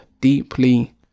deeply